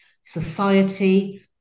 society